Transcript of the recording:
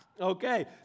okay